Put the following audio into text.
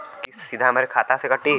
किस्त सीधा हमरे खाता से कटी?